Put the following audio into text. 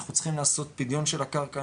אנחנו צריכים לעשות פדיון של הקרקע,